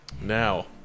now